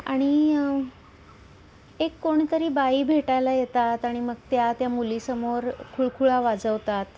आणि एक कोणतरी बाई भेटायला येतात आणि मग त्या त्या मुलीसमोर खुळखुळा वाजवतात